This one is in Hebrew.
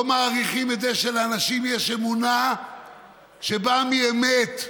לא מעריכים את זה שלאנשים יש אמונה שבאה מאמת.